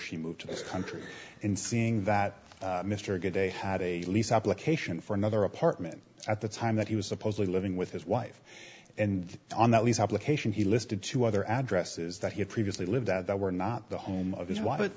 she moved to this country in seeing that mr good a had a lease application for another apartment at the time that he was supposedly living with his wife and on that lease application he listed two other addresses that he had previously lived that were not the home of his w